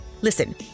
Listen